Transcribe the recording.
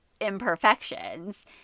imperfections